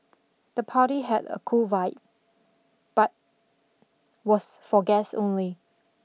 the party had a cool vibe but was for guests only